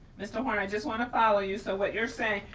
mr. horn, i just wanna follow you, so what you're saying,